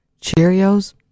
Cheerios